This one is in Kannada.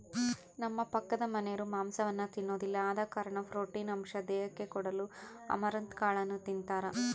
ನಮ್ಮ ಪಕ್ಕದಮನೆರು ಮಾಂಸವನ್ನ ತಿನ್ನೊದಿಲ್ಲ ಆದ ಕಾರಣ ಪ್ರೋಟೀನ್ ಅಂಶ ದೇಹಕ್ಕೆ ಕೊಡಲು ಅಮರಂತ್ ಕಾಳನ್ನು ತಿಂತಾರ